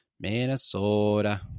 Minnesota